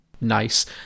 nice